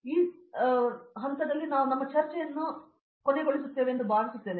ಸರಿ ಆ ಪತ್ರದಲ್ಲಿ ನಾವು ಈ ಚರ್ಚೆಯನ್ನು ಮುಚ್ಚುತ್ತೇವೆ ಎಂದು ನಾನು ಭಾವಿಸುತ್ತೇನೆ